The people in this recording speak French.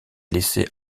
laissé